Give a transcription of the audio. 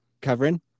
covering